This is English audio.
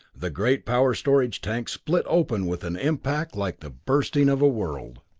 the great power storage tank split open with an impact like the bursting of a world.